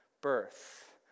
birth